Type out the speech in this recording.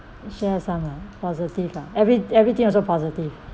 share some ah positive ah every everything also positive